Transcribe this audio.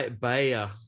Bayer